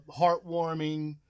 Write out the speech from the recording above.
heartwarming